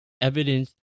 evidence